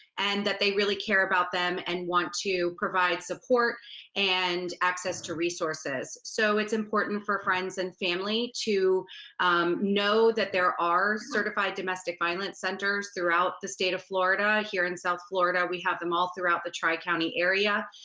and that they really care about them, and want to provide support and access to resources. so it's important for friends and family to know that there are certified domestic violence centers throughout the state of florida. here in south florida, we have them all throughout the tri-county area,